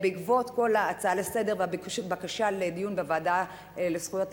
בעקבות כל ההצעה לסדר-היום והבקשה לדיון בוועדה לזכויות הילד,